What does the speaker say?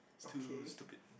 too stupid